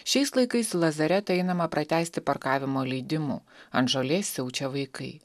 šiais laikais į lazaretą einama pratęsti parkavimo leidimų ant žolės siaučia vaikai